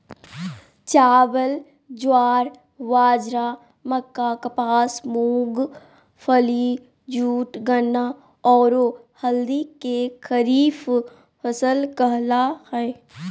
चावल, ज्वार, बाजरा, मक्का, कपास, मूंगफली, जूट, गन्ना, औरो हल्दी के खरीफ फसल कहला हइ